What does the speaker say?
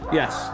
yes